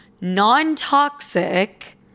non-toxic